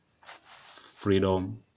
freedom